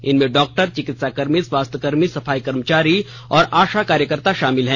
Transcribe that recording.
इनमें डॉक्टर चिकित्साकर्मी स्वास्थ्यकर्मी सफाई कर्मचारी और आशा कार्यकर्ता शामिल हैं